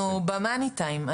אנחנו ב-money time.